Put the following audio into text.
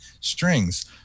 strings